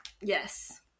Yes